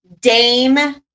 Dame